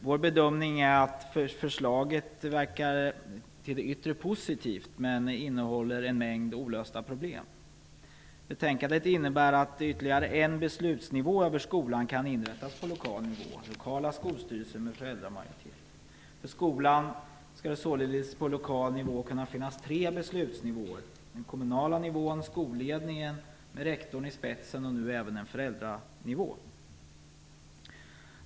Vår bedömning är att förslaget till det yttre verkar positivt men innehåller en mängd olösta problem. Betänkandet innebär att ytterligare en beslutsnivå för skolan kan inrättas på lokal nivå: lokala skolstyrelser med föräldramajoritet. För skolan skall det således på lokal nivå kunna finnas tre beslutsnivåer: den kommunala nivån, skolledningen med rektorn i spetsen och nu även en föräldranivå.